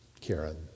Karen